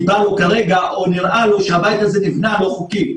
בא לו כרגע או שנראה לו שהבית הזה נבנה לא חוקי.